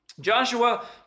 Joshua